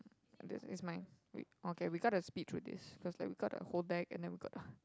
and this is mine we okay we got to speed through this cause like we got the whole deck and then we got ugh